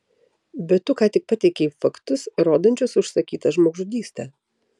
bet tu ką tik pateikei faktus rodančius užsakytą žmogžudystę